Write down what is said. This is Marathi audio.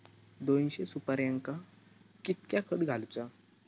दोनशे सुपार्यांका कितक्या खत घालूचा?